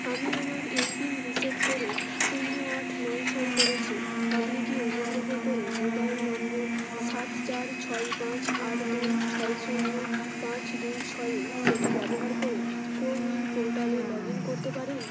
আমি আমার M PIN reset করে শূন্য আট নয় ছয় করেছি আপনি কি অনুগ্রহ করে মোবাইল নম্বর সাত চার ছয় পাঁচ আট দুই ছয় শূন্য পাঁচ দুই ছয়য়ে সেটি ব্যবহার করে কো উইন পোর্টালে লগ ইন করতে পারেন